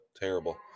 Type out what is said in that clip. terrible